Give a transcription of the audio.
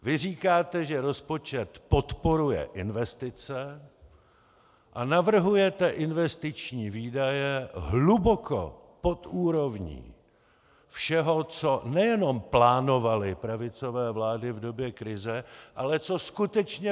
Vy říkáte, že rozpočet podporuje investice, a navrhujete investiční výdaje hluboko pod úrovní všeho, co nejenom plánovaly pravicové vlády v době krize, ale co skutečně proinvestovaly.